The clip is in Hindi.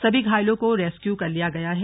सभी घायलों को रेस्क्यू कर लिया गया है